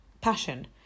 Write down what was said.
passion